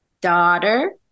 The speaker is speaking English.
daughter